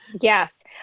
Yes